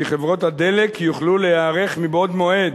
כי חברות הדלק יוכלו להיערך מבעוד מועד